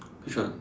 which one